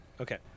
Okay